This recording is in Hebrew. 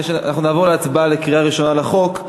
אנחנו נעבור להצבעה בקריאה ראשונה על החוק.